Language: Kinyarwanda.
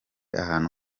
ahantu